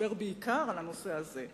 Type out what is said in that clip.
שדיבר בעיקר על הנושא הזה.